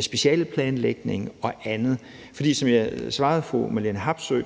specialeplanlægningen og andet? For som jeg svarede fru Marlene Harpsøe,